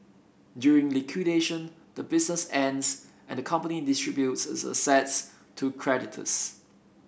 during liquidation the business ends and the company distributes its assets to creditors